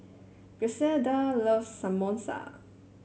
Griselda loves Samosa